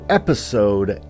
episode